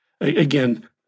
again